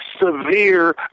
severe